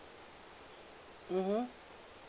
mmhmm